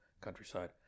countryside